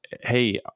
hey